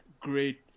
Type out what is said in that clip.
great